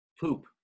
poop